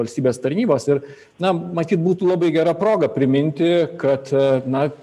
valstybės tarnybos ir na matyt būtų labai gera proga priminti kad na